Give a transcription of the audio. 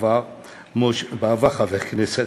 בעבר חבר הכנסת,